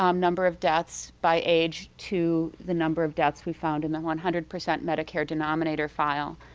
um number of deaths by age to the number of deaths we found in the one hundred percent medicare denominator file.